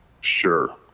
sure